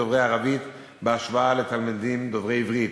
דוברי ערבית בהשוואה לתלמידים דוברי עברית,